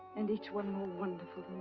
and each one more wonderful